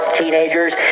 teenagers